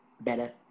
better